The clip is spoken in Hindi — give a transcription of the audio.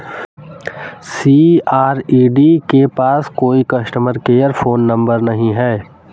सी.आर.ई.डी के पास कोई कस्टमर केयर फोन नंबर नहीं है